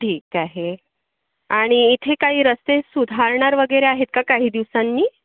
ठीक आहे आणि इथे काही रस्ते सुधारणार वगैरे आहेत का काही दिवसांनी